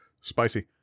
Spicy